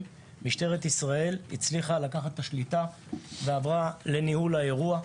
משטרת ישראל הצליחה לקחת את השליטה ועברה לניהול האירוע,